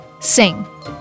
Sing